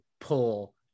pull